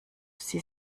sie